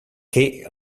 che